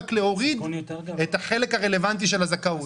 רק להוריד את החלק הרלוונטי של הזכאות,